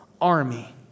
army